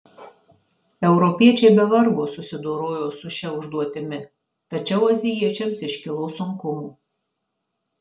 europiečiai be vargo susidorojo su šia užduotimi tačiau azijiečiams iškilo sunkumų